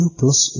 plus